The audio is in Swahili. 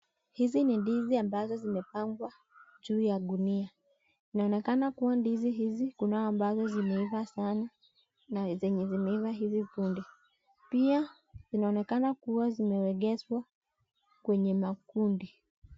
Hizi ni ndizi ambazo zimepangwa juu ya gunia, inaonekana kuwa ndizi hizi kuna ambazo zimeiva sana na zenye zimeiva hivi punde pia, kunaonekana kuwa zimeegezwa kwenye makundi.